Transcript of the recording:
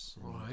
Right